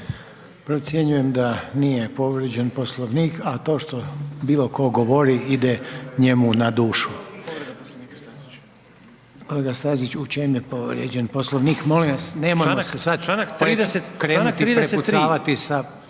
Procjenjujem da nije povrijeđen Poslovni, a to što bilo tko govori ide njemu na dušu. Kolega Stazić u ček je povrijeđen Poslovnik? Molim vas nemojmo se sad krenuti prepucavati sa